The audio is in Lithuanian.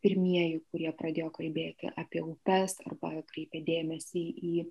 pirmieji kurie pradėjo kalbėti apie upes arba atkreipė dėmesį į